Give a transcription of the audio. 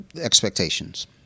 expectations